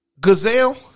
gazelle